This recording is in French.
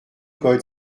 code